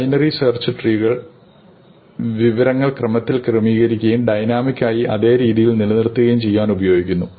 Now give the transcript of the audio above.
binary search ട്രീകൾ വിവരങ്ങൾ ക്രമത്തിൽ ക്രമീകരിക്കുകയും ഡൈനമിക്കായി അതെ രീതിയിൽ നില നിർത്തുകയും ചെയ്യുവാൻ ഉപയോഗിക്കുന്നു